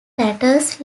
tatars